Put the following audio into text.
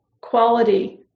quality